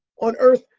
on earth,